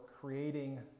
creating